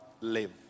live